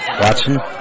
Watson